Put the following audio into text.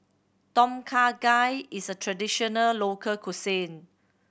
Tom Kha Gai is a traditional local cuisine